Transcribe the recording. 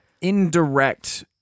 indirect